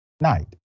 night